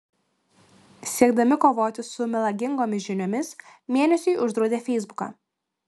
siekdami kovoti su melagingomis žiniomis mėnesiui uždraudė feisbuką